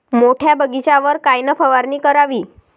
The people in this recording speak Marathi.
मोठ्या बगीचावर कायन फवारनी करावी?